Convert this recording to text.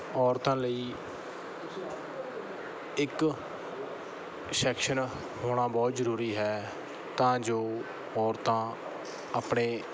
ਔਰਤਾਂ ਲਈ ਇੱਕ ਸ਼ੈਕਸ਼ਨ ਹੋਣਾ ਬਹੁਤ ਜ਼ਰੂਰੀ ਹੈ ਤਾਂ ਜੋ ਔਰਤਾਂ ਆਪਣੇ